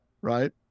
right